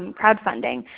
um crowdfunding.